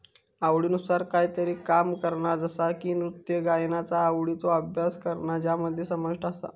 आवडीनुसार कायतरी काम करणा जसा की नृत्य गायनाचा आवडीचो अभ्यास करणा ज्यामध्ये समाविष्ट आसा